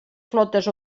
flotes